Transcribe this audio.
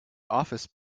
office